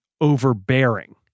overbearing